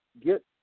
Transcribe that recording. Get